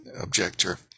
objector